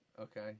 Okay